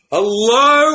Hello